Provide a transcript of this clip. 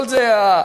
כל זה,